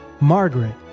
Margaret